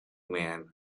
man